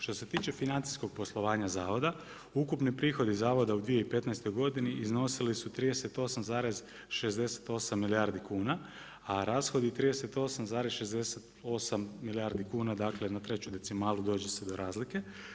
Što se tiče financijskog poslovanja zavoda, ukupni prihodi zavoda u 2015. godini iznosili su 38,68 milijardi kuna, a rashodi 38,68 milijardi kuna dakle na treću decimalu dođe se do razlike.